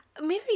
Mary